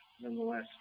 nonetheless